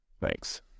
Thanks